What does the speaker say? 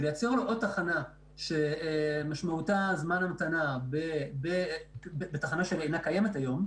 לייצר לו עוד תחנה שמשמעותה זמן המתנה בתחנה שאינה קיימת היום,